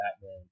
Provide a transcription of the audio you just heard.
Batman